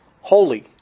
holy